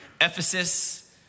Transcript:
Ephesus